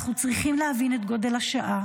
אנחנו צריכים להבין את גודל השעה